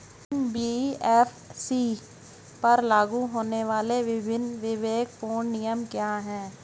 NBFC पर लागू होने वाले विभिन्न विवेकपूर्ण नियम क्या हैं?